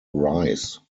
rice